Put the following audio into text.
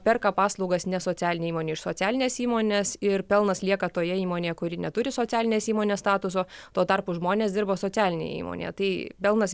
perka paslaugas ne socialinė įmonė iš socialinės įmonės ir pelnas lieka toje įmonėje kuri neturi socialinės įmonės statuso tuo tarpu žmonės dirba socialinėj įmonėje tai pelnas